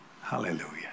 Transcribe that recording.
hallelujah